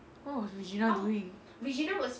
what was regina doing